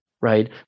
right